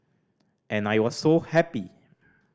and I was so happy